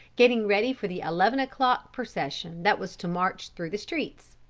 getting ready for the eleven o'clock procession that was to march through the streets.